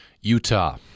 Utah